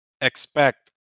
expect